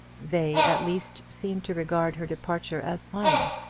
they, at least, seemed to regard her departure as final.